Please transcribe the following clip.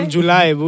July